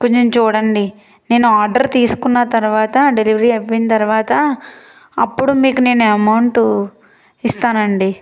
కొంచెం చూడండి నేను ఆర్డర్ తీసుకున్న తర్వాత డెలివరీ అయిన తర్వాత అప్పుడు మీకు నేను అమౌంట్ ఇస్తానండి